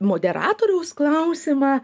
moderatoriaus klausimą